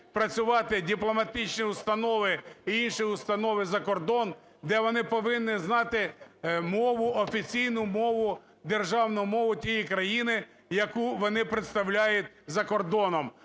працювати дипломатичні установи і інші установи за кордон, де вони повинні знати мову, офіційну мову, державну мову тієї країни, яку вони представляють за кордоном,